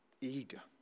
Eager